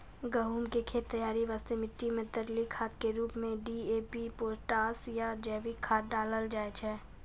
गहूम के खेत तैयारी वास्ते मिट्टी मे तरली खाद के रूप मे डी.ए.पी पोटास या जैविक खाद डालल जाय छै